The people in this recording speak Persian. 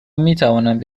میتوانند